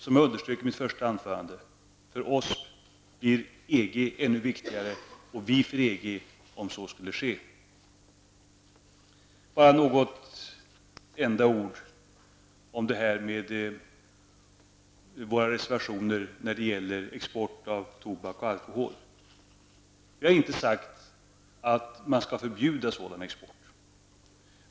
Som jag underströk i mitt första anförande, blir EG ännu viktigare för oss och Sverige ännu viktigare för EG om så skulle ske. Jag vill bara säga något enda ord om våra reservationer när det gäller export av tobak och alkohol. Vi i folkpartiet har inte sagt att man skall förbjuda en sådan export.